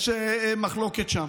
יש מחלוקת שם,